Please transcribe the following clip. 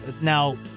Now